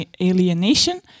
alienation